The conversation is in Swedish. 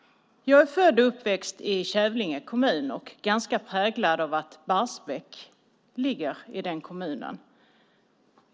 Jag är född och uppväxt i Kävlinge kommun och ganska präglad av att Barsebäck ligger i den kommunen.